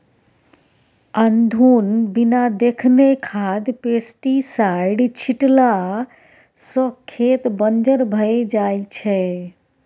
अनधुन बिना देखने खाद पेस्टीसाइड छीटला सँ खेत बंजर भए जाइ छै